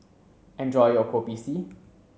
enjoy your Kopi C